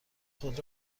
خود